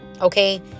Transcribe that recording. Okay